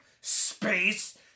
space